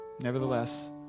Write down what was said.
Nevertheless